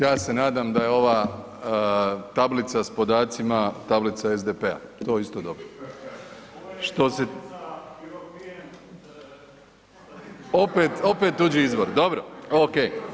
Ja se nadam da je ova tablica s podacima, tablica SDP-a, to je isto dobro. … [[Upadica sa strane, ne razumije se.]] Opet tuđi izvor, dobro, ok.